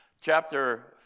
Chapter